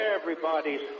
everybody's